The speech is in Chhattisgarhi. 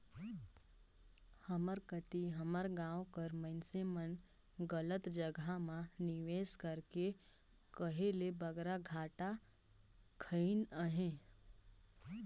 हमर कती हमर गाँव कर मइनसे मन गलत जगहा म निवेस करके कहे ले बगरा घाटा खइन अहें